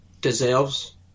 deserves